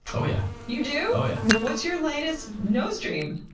oh yeah. you do? oh yeah! what's your latest nose dream?